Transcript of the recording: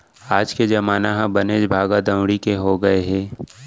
आज के जमाना ह बनेच भागा दउड़ी के हो गए हे